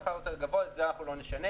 השכר יותר גבוה את זה לא נשנה.